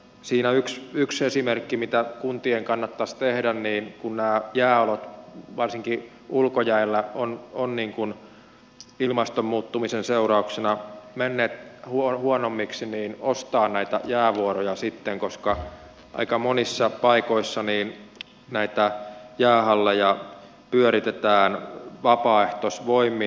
siinä yksi esimerkki mitä kuntien kannattaisi tehdä kun nämä jääolot varsinkin ulkojäillä ovat ilmaston muuttumisen seurauksena menneet huonommiksi olisi ostaa näitä jäävuoroja sitten koska aika monissa paikoissa näitä jäähalleja pyöritetään vapaaehtoisvoimin